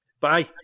bye